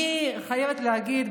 אני חייבת להגיד,